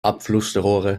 abflussrohre